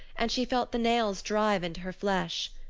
and she felt the nails drive into her flesh.